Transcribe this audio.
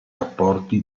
rapporti